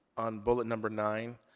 on bullet number nine,